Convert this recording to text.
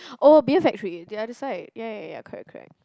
oh beer factory the other side ya ya ya correct correct